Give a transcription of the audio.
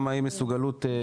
גם האי מסוגלות פיזית,